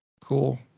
Cool